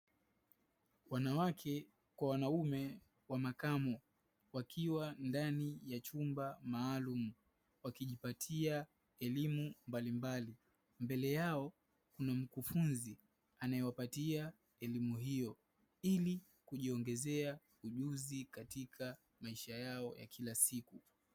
Wanawake kwa wanaume wamekaa wakiwa ndani ya chumba maalumu, wakijipatia elimu mbalimbali; mbele yao kuna mkufunzi anayewapatia elimu hiyo ili kujiongezea ujuzi katika maisha yao ya kila siku.